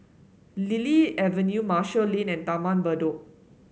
Lily Avenue Marshall Lane and Taman Bedok